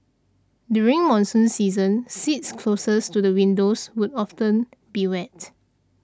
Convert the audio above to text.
during monsoon season seats closest to the windows would often be wet